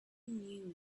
knew